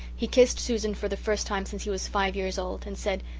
he kissed susan for the first time since he was five years old, and said,